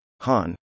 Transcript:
Han